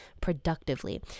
productively